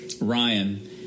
Ryan